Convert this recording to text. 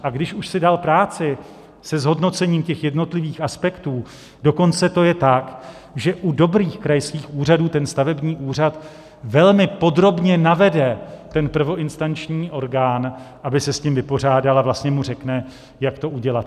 A když už si dal práci se zhodnocením jednotlivých aspektů, dokonce je to tak, že u dobrých krajských úřadů stavební úřad velmi podrobně navede prvoinstanční orgán, aby se s tím vypořádal, a vlastně mu řekne, jak to udělat.